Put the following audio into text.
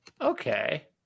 Okay